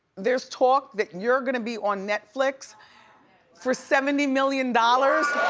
there's talk that you're gonna be on netflix for seventy million dollars.